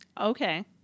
Okay